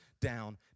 down